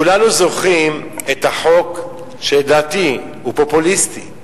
כולנו זוכרים את החוק, שלדעתי הוא פופוליסטי,